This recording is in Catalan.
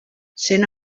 sent